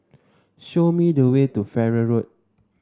show me the way to Farrer Road